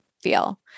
feel